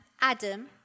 Adam